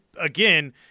again